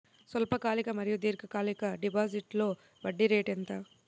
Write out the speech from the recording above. స్వల్పకాలిక మరియు దీర్ఘకాలిక డిపోజిట్స్లో వడ్డీ రేటు ఎంత?